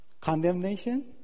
Condemnation